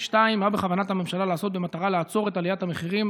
2. מה בכוונת הממשלה לעשות במטרה לעצור את עליית המחירים,